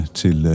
til